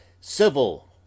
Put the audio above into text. civil